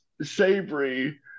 savory